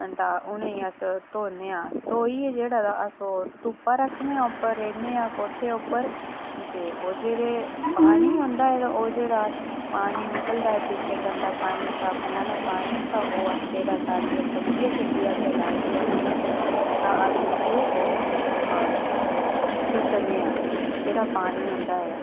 ते उनेंगी अस धोने आं ते धोइयै अस ओह् धुप्पा रक्खने आं ते रेड़ने आं धुप्पा उप्पर ते ओह् जेह्ड़े पानी होंदा ऐ ते ओह् जेह्ड़े पानी निकलदा पिच्छें गंदा पानी तां ओह्नि अस साढ़ी सब्जियां लाई दियां होंदियां न उत्थें ओह् सुट्टनें आं जेह्ड़ा पानी होंदा ऐ